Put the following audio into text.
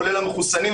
כולל המחוסנים.